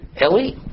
Ellie